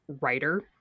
writer